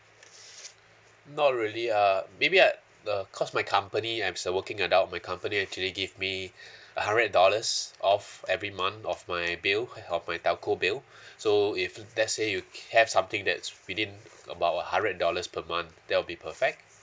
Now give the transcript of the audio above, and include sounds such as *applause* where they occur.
*noise* not really uh maybe I uh cause my company I'm a working adult my company actually give me *breath* a hundred dollars off every month of my bill of my telco bill *breath* so if let's say you have something that's within about a hundred dollars per month that will be perfect